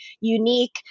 unique